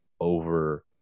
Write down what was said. over